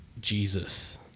Jesus